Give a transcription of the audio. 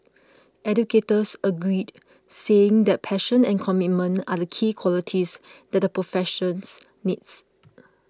educators agreed saying that passion and commitment are the key qualities that the professions needs